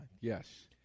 Yes